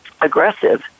aggressive